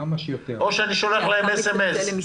או שאני שולח להם סמ"ס?